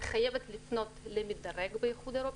את חייבת לפנות למדרג באיחוד האירופאי.